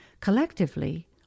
collectively